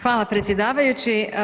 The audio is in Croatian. Hvala predsjedavajući.